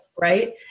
right